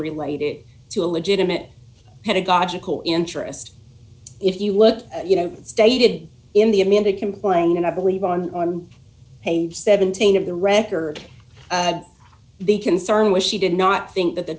related to a legitimate pedagogical interest if you look you know stated in the amended complaint and i believe on page seventeen of the record the concern was she did not think that the